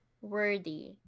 worthy